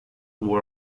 war